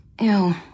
Ew